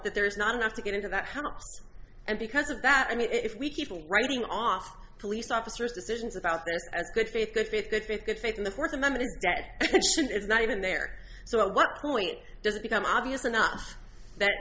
that there is not enough to get into that house and because of that i mean if we keep writing off police officers decisions about good faith good faith good faith good faith in the fourth amendment that it's not even there so at what point does it become obvious enough that